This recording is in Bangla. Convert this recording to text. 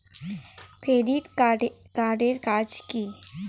ক্রেডিট কার্ড এর কাজ কি?